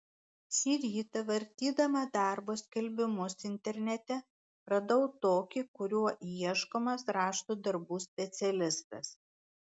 šį rytą vartydama darbo skelbimus internete radau tokį kuriuo ieškomas rašto darbų specialistas